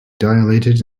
dilated